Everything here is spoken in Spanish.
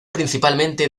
principalmente